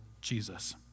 Jesus